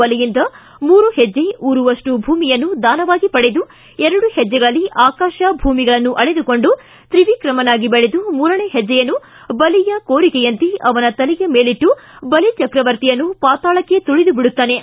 ಬಲಿಯಿಂದ ಮೂರು ಹೆಜ್ಜೆ ಊರುವಷ್ಟು ಭೂಮಿಯನ್ನು ದಾನವಾಗಿ ಪಡೆದು ಎರಡು ಹೆಜ್ಜೆಗಳಲ್ಲಿ ಆಕಾಶ ಭೂಮಿಗಳನ್ನು ಆಳೆದುಕೊಂಡು ತ್ರಿವಿಕ್ರಮನಾಗಿ ಬೆಳೆದು ಮೂರನೇ ಹೆಡ್ಡೆಯನ್ನು ಬಲಿಯ ಕೋರಿಕೆಯಂತೆ ಅವನ ತಲೆಯ ಮೇಲಿಟ್ಟು ಬಲಿಚ್ರವರ್ತಿಯನ್ನು ಪಾತಾಳಕ್ಕೆ ತುಳಿದುಬಿಡುತ್ತಾನೆ